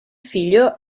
figlio